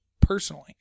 personally